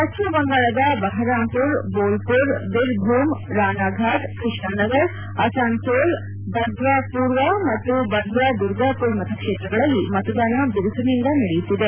ಪಶ್ಚಿಮಬಂಗಾಳದ ಬಹರಾಮ್ಪುರ್ ಬೋಲ್ಪುರ್ ಬಿರ್ಭೂಮ್ ರಾನಾಘಾಟ್ ಕೃಷ್ಣಾನಗರ್ ಅಸಾನ್ಸೋಲ್ ಬರ್ದ್ಚಾಪೂರ್ವ ಮತ್ತು ಬರ್ದ್ಚಾದುರ್ಗಾಪುರ್ ಮತಕ್ಷೇತ್ರಗಳಲ್ಲಿ ಮತದಾನ ಬಿರುಸಿನಿಂದ ನಡೆಯುತ್ತಿದೆ